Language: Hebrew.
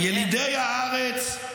ילידי הארץ,